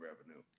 revenue